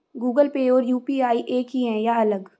Google Pay और UPI एक ही है या अलग?